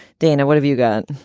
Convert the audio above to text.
dana, what have you got?